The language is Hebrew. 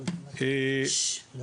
כמו